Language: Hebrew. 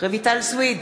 רויטל סויד,